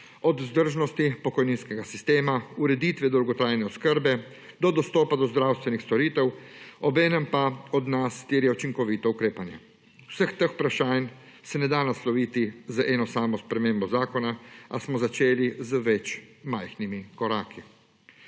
od vzdržnosti pokojninskega sistema, ureditve dolgotrajne oskrbe do dostopa do zdravstvenih storitev, obenem pa od nas terja učinkovito ukrepanje. Vseh teh vprašanj se ne da nasloviti z eno samo spremembo zakona, a smo začeli z več majhnimi koraki.